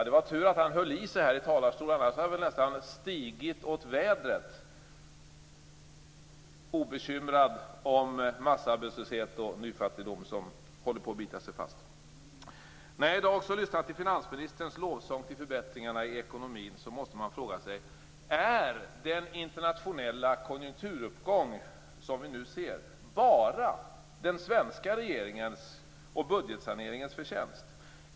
Det var tur att han höll i sig i talarstolen, för annars hade han nästan stigit åt vädret, obekymrad om massarbetslöshet och nyfattigdom som håller på att bita sig fast. När man i dag lyssnat till finansministerns lovsång till förbättringarna i ekonomin måste man fråga sig: Är den internationella konjunkturuppgång som vi nu ser bara den svenska regeringens och budgetsaneringens förtjänst?